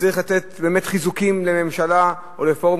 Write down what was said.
וצריך לתת באמת חיזוקים לממשלה או לפורום